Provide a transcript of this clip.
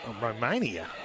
Romania